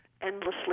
endlessly